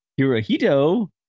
Hirohito